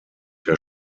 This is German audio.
der